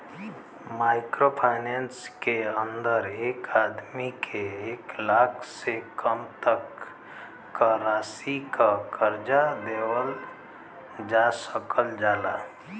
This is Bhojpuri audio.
माइक्रो फाइनेंस के अंदर एक आदमी के एक लाख से कम तक क राशि क कर्जा देवल जा सकल जाला